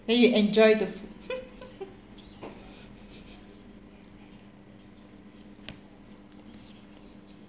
then you enjoy the foo~